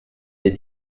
des